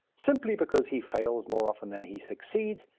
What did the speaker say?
simply because he fails more often than he succeeds,